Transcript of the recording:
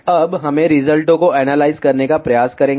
अब हम रिजल्टों को एनालाइज करने का प्रयास करेंगे